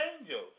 angels